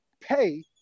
pay